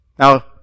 Now